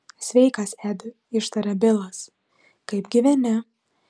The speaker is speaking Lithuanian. sveikas edi ištarė bilas kaip gyveni